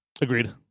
Agreed